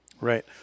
Right